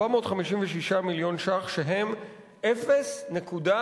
456 מיליון שקלים, שהם 0.12%,